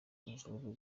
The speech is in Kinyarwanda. imvururu